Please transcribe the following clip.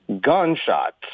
gunshots